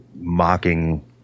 mocking